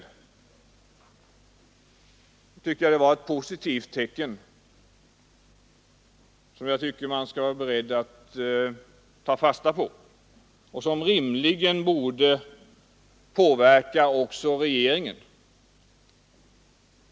Jag tycker att den var ett positivt tecken, som man skall vara beredd att ta fasta på — och som rimligen borde påverka också regeringen.